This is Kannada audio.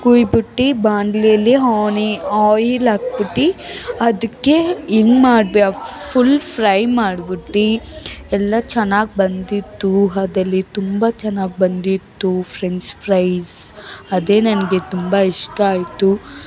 ಕುಯ್ದು ಬಿಟ್ಟು ಬಾಂಡ್ಲೆಯಲ್ಲಿ ಹಾಕಿ ಆಯ್ಲ್ ಹಾಕ್ಬಿಟ್ಟು ಅದಕ್ಕೆ ಹೆಂಗೆ ಮಾಡ್ಬೆ ಫುಲ್ ಫ್ರೈ ಮಾಡ್ಬಿಟ್ಟು ಎಲ್ಲ ಚೆನ್ನಾಗಿ ಬಂದಿತ್ತು ಅದಲ್ಲಿ ತುಂಬ ಚೆನ್ನಾಗಿ ಬಂದಿತ್ತು ಫ್ರೆಂಚ್ ಫ್ರೈಸ್ ಅದೇ ನನಗೆ ತುಂಬ ಇಷ್ಟ ಆಯ್ತು